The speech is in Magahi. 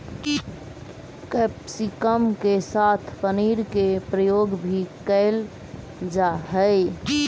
कैप्सिकम के साथ पनीर के प्रयोग भी कैल जा हइ